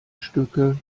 stücke